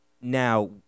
Now